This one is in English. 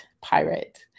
pirate